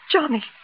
Johnny